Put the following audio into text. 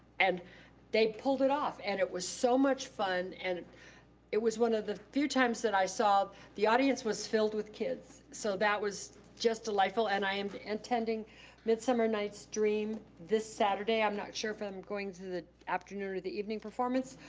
and they pulled it off. and it was so much fun. and it was one of the few times that i saw the audience was filled with kids. so that was just delightful. and i am and attending midsummer night's dream this saturday. i'm not sure if i'm going to the afternoon or the evening performance,